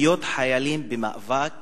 להיות חיילים במאבק